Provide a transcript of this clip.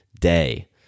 day